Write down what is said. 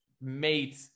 made